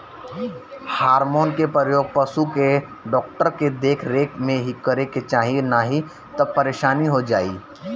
hormone के प्रयोग पशु के डॉक्टर के देख रेख में ही करे के चाही नाही तअ परेशानी हो जाई